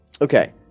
okay